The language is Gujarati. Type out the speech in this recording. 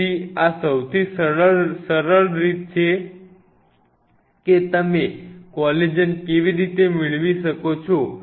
તેથી આ સૌથી સરળ રીત છે કે તમે કોલેજન કેવી રીતે મેળવી શકો છો